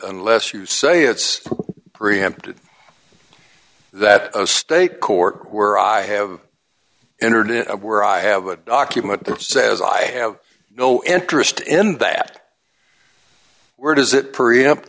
unless you say it's preempted that a state court where i have entered it where i have a document that says i have no interest in that were does it preempt